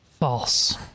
False